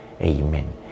Amen